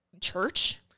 church